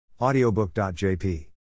Audiobook.jp